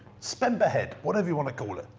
spend per head. whatever you want to call it.